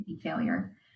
failure